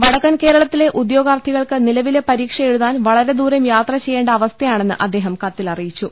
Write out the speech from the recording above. വടക്കൻ കേരളത്തിലെ ഉദ്യോഗാർത്ഥികൾക്ക് നിലവിലെ പരീക്ഷ എഴുതാൻ വളരെ ദൂരം യാത്ര ചെയ്യേണ്ട അവസ്ഥയാണെന്ന് അദ്ദേഹം കത്തിൽ അറിയിച്ചു